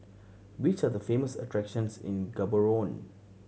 which are the famous attractions in Gaborone